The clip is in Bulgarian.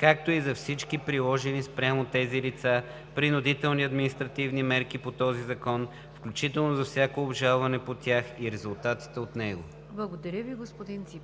както и за всички приложени спрямо тези лица принудителни административни мерки по този закон, включително за всяко обжалване по тях и резултатите от него.“ ПРЕДСЕДАТЕЛ НИГЯР ДЖАФЕР: